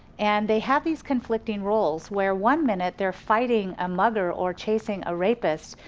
and they have these conflicting roles where one minute they're fighting a mother or chasing a rapist,